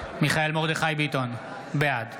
מיכאל מרדכי ביטון, בעד